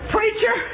Preacher